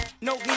No